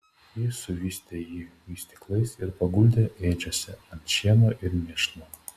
ji suvystė jį vystyklais ir paguldė ėdžiose ant šieno ir mėšlo